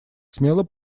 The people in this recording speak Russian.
смело